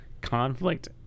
conflict